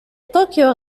طوكيو